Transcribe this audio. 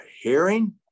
hearing